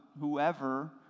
whoever